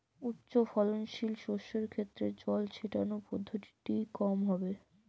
উচ্চফলনশীল শস্যের ক্ষেত্রে জল ছেটানোর পদ্ধতিটি কমন হবে?